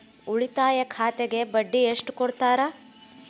ಉಳಿತಾಯ ಖಾತೆಗೆ ಬಡ್ಡಿ ಎಷ್ಟು ಕೊಡ್ತಾರ?